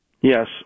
Yes